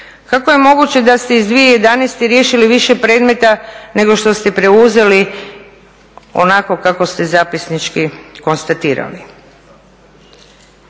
Kako je moguće da ste iz 2011. riješili više predmeta nego što ste preuzeli onako kako ste zapisnički konstatirali?